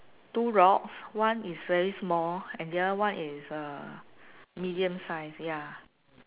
two rocks one is very small and the other one is uh medium size ya